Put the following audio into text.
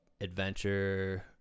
adventure